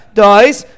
dies